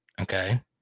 okay